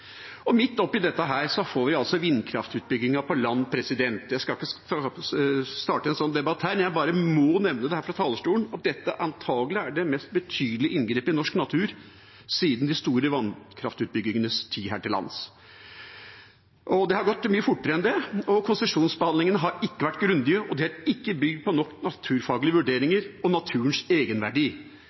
Og midt oppi dette får vi altså vindkraftutbyggingen på land. Jeg skal ikke starte en slik debatt her, men jeg bare må nevne her fra talerstolen at dette antagelig er det mest betydelige inngrepet i norsk natur siden de store vannkraftutbyggingenes tid her til lands. Det har også gått mye fortere enn det, og konsesjonsbehandlingene har ikke vært grundige, og de er ikke bygd på nok naturfaglige vurderinger og naturens egenverdi.